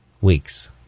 weeks